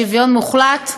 שוויון מוחלט.